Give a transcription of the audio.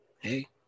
Hey